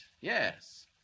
Yes